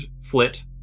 Flit